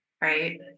right